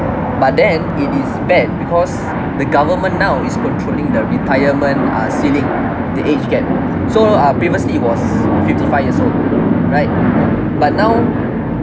but then it is bad because the government now is controlling the retirement uh ceiling the age gap so uh previously it was fifty five years old right but now